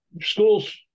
schools